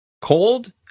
Cold